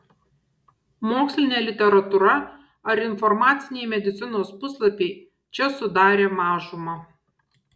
mokslinė literatūra ar informaciniai medicinos puslapiai čia sudarė mažumą